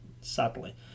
sadly